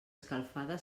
escalfada